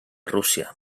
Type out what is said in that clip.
rússia